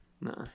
No